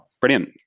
Brilliant